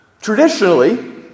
Traditionally